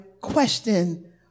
question